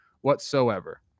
whatsoever